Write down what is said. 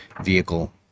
vehicle